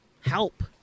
help